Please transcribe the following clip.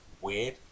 weird